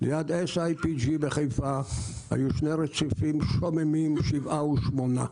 ליד SIPG בחיפה היו שני רציפים שוממים, 7 ו-8.